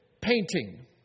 painting